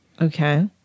Okay